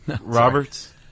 Roberts